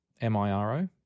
M-I-R-O